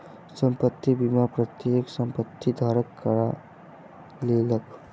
संपत्ति बीमा प्रत्येक संपत्ति धारक करा लेलक